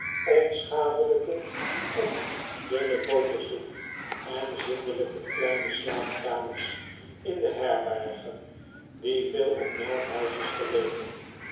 onschadelijke koek dunne botersoep en zindelijke kleine slaapkamers in de herbergen die veel op m eikhuisjes geleken